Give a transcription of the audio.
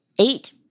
eight